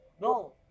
no